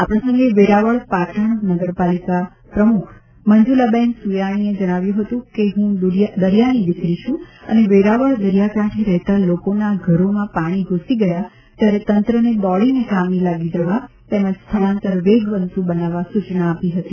આ પ્રસંગે વેરાવળ પાટણ નગરપાલિકા પ્રમુખ મંજુલાબેન સુયાણીએ જણાવ્યું હતું કે હું દરિયાની દીકરી છું અને વેરાવળ દરિયાકાંઠે રહેતા લોકોના ઘરોમાં પાણી ઘૂસી ગયા ત્યારે તંત્રને દોડીને કામ લાગી જવા તેમજ સ્થળાંતર વેગવંતુ બનાવવા સૂચના આપી હતી